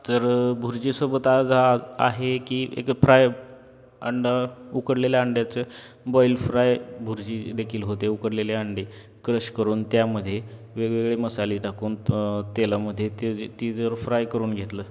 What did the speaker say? तर भुर्जीसोबत आहे की एक फ्राय अंडा उकडलेल्या अंड्याचं बॉईल फ्राय भुर्जी देखील होते उकडलेले अंडे क्रश करून त्यामध्ये वेगवेगळे मसाले टाकून तर तेलामध्ये ती जर फ्राय करून घेतलं